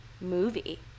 movie